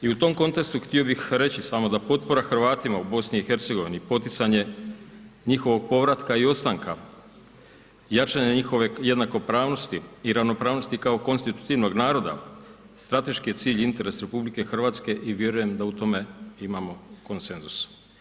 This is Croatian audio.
I u tom kontekstu htio bih reći samo da potpora Hrvatima u BiH-u, poticanje njihovog povratka i ostanka, jačanje njihove jednakopravnosti i ravnopravnosti kako konstitutivnog naroda, strateški je cilj i interes RH i vjerujem da u tome imamo konsenzus.